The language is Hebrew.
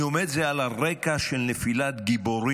אני אומר את זה על הרקע של נפילת גיבורים,